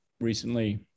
recently